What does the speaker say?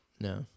No